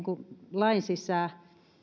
lain sisään